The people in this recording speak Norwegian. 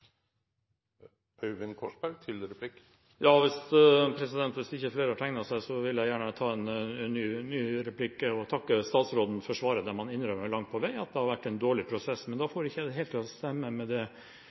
seg, vil jeg gjerne ta en ny replikk. Jeg takker statsråden for svaret, der man langt på vei innrømmer at det har vært en dårlig prosess, men